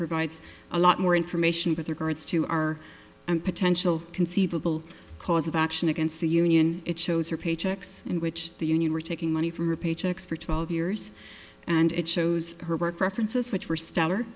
provides a lot more information but there guards to our potential conceivable cause of action against the union it shows her paychecks in which the union were taking money from her paychecks for twelve years and it shows her preferences which were stellar